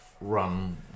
run